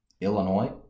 Illinois